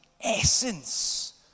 essence